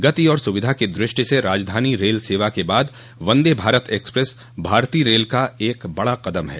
गति और सुविधा की दृष्टि से राजधानी रेल सेवा के बाद वन्दे भारत एक्सप्रेस भारतीय रेल का एक बड़ा कदम है